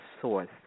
source